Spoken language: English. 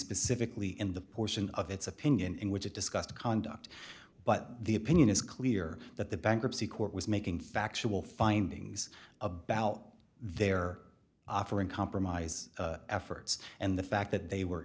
specifically in the portion of its opinion in which it discussed conduct but the opinion is clear that the bankruptcy court was making factual findings about their offer in compromise efforts and the fact that they were